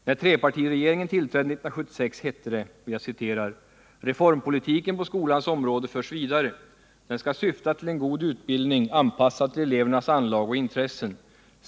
När trepartiregeringen tillträdde 1976 hette det: ”Reformpolitiken på skolans område förs vidare. Den skall syfta till en god utbildning anpassad till elevernas anlag och intressen.